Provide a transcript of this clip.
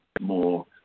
more